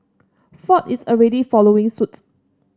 Ford is already following suit